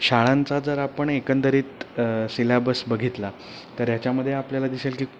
शाळांचा जर आपण एकंदरीत सिलॅबस बघितला तर याच्यामध्ये आपल्याला दिसेल की